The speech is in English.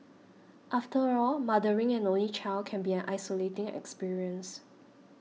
after all mothering an only child can be an isolating experience